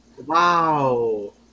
Wow